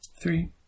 Three